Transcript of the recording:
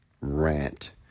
Rant